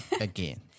again